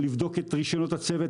לבדוק את רישיונות הצוות,